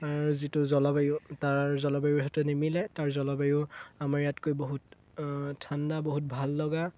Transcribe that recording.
তাৰ যিটো জলবায়ু তাৰ জলবায়ুৰ সৈতে নিমিলে তাৰ জলবায়ু আমাৰ ইয়াতকৈ বহুত ঠাণ্ডা বহুত ভাল লগা